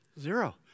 Zero